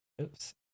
oops